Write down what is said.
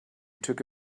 took